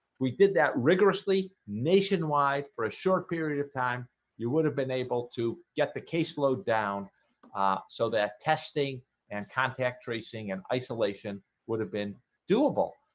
we did that rigorously rigorously nationwide for a short period of time you would have been able to get the caseload down so that testing and contact tracing and isolation would have been doable.